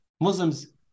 Muslims